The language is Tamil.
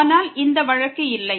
ஆனால் இந்த வழக்கு இல்லை